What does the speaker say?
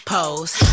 Pose